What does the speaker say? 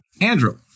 Andrew